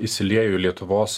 įsiliejo į lietuvos